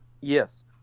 Yes